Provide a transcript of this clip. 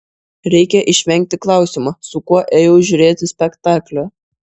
reikia išvengti klausimo su kuo ėjau žiūrėti spektaklio